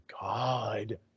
god